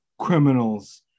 criminals